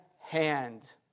hand